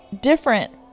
different